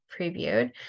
previewed